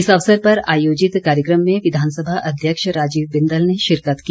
इस अवसर पर आयोजित इस कार्यक्रम में विधानसभा अध्यक्ष राजीव बिंदल ने शिरकत की